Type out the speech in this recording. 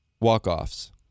walk-offs